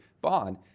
bond